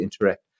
interact